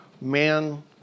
man